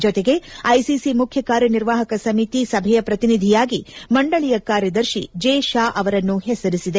ಜತೆಗೆ ಐಸಿಸಿ ಮುಖ್ಯ ಕಾರ್ಯನಿರ್ವಾಹಕ ಸಮಿತಿ ಸಭೆಯ ಶ್ರತಿನಿಧಿಯಾಗಿ ಮಂಡಳಿಯ ಕಾರ್ಯದರ್ಶಿ ಜೇ ಷಾ ಅವರನ್ನು ಹೆಸರಿಸಿದೆ